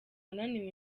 yananiwe